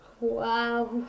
Wow